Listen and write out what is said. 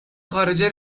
خارجه